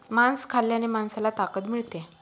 मांस खाल्ल्याने माणसाला ताकद मिळते